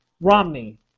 Romney